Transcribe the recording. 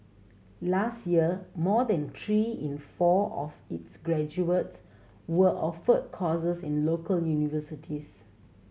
last year more than three in four of its graduates were offered courses in local universities